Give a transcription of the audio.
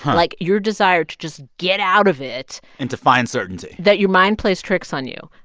like, your desire to just get out of it. and to find certainty that your mind plays tricks on you.